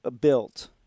built